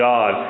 God